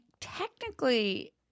technically